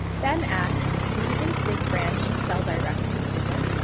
ben asks, do you think big brands should sell direct consumer?